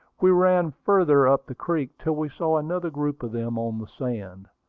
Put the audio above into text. we ran farther up the creek till we saw another group of them on the sand.